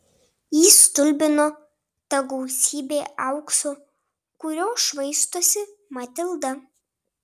jį stulbino ta gausybė aukso kuriuo švaistosi matilda